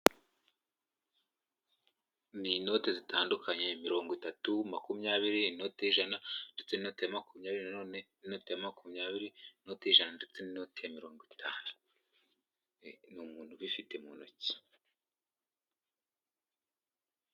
Ni inote zitandukanye, mirongo itatu, makumyabiri, inote y'ijana ndetse n'inote ya makumyabiri na none, inoti ya makumyabiri, inote y'ijana ndetse n'inote ya mirongo itanu. Ni umuntu ubifite mu ntoki.